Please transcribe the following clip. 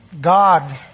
God